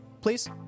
please